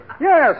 Yes